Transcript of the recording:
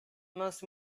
most